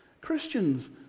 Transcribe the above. Christians